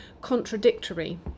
contradictory